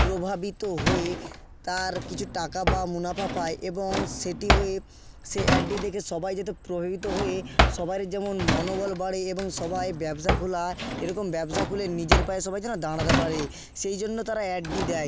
প্রভাবিত হয়ে তার কিচু টাকা বা মুনাফা পায় এবং সেটি হয়ে সে অ্যাডটি দেখে সবাই যাতে প্রভাবিত হয়ে সবার যেমন মনোবল বাড়ে এবং সবাই ব্যবসা খোলা এরকম ব্যবসা খুলে নিজের পায়ে সবাই যেন দাঁড়াতে পারে সেই জন্য তারা অ্যাডটি দেয়